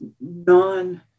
non